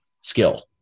skill